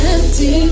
Empty